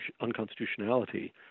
unconstitutionality